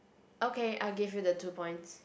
okay I'll give you the two points